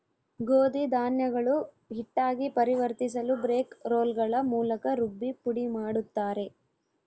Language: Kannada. ಗೋಧಿ ಧಾನ್ಯಗಳು ಹಿಟ್ಟಾಗಿ ಪರಿವರ್ತಿಸಲುಬ್ರೇಕ್ ರೋಲ್ಗಳ ಮೂಲಕ ರುಬ್ಬಿ ಪುಡಿಮಾಡುತ್ತಾರೆ